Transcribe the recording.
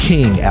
King